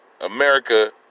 America